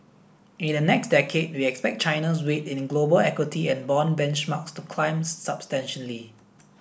in the next decade we expect China's weight in global equity and bond benchmarks to climb substantially